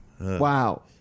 Wow